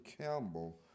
Campbell